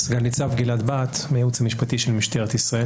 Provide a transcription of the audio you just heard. סגן נציב גלעד בהט מהייעוץ המשפטי של משטרת ישראל.